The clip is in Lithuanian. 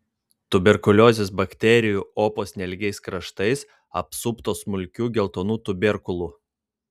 tuberkuliozės bakterijų opos nelygiais kraštais apsuptos smulkių geltonų tuberkulų